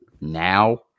now